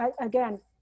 again